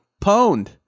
pwned